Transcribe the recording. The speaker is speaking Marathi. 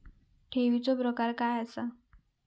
ठेवीचो प्रकार काय असा?